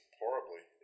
horribly